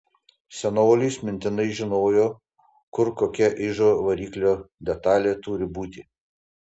senolis mintinai žinojo kur kokia ižo variklio detalė turi būti